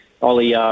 Oli